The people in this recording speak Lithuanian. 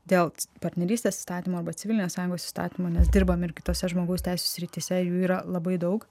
dėl partnerystės įstatymo arba civilinės sąjungos įstatymo nes dirbam ir kitose žmogaus teisių srityse jų yra labai daug